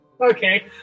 Okay